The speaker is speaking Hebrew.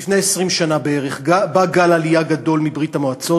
לפני 20 שנה בערך בא גל עלייה גדול מברית-המועצות,